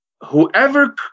whoever